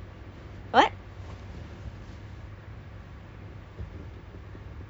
aren't you in events don't you always have to smile